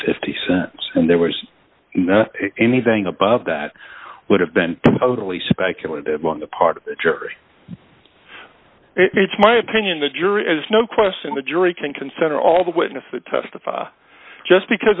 fifty cents and there was anything above that would have been totally speculative on the part of the jury it's my opinion the jury is no question the jury can consider all the witnesses testify just because